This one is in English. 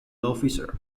officer